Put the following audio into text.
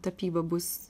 tapyba bus